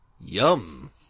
Yum